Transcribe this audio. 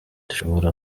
dushobora